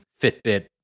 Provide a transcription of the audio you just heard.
Fitbit